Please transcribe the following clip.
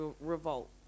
revolt